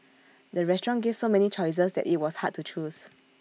the restaurant gave so many choices that IT was hard to choose